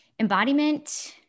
Embodiment